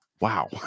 Wow